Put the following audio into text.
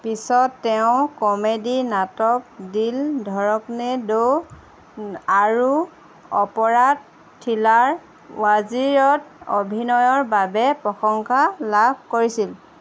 পিছত তেওঁ কমেডি নাটক 'দিল ধড়কনে দো' আৰু অপৰাধ থ্ৰিলাৰ 'ৱাজিৰ'ত অভিনয়ৰ বাবে প্ৰশংসা লাভ কৰিছিল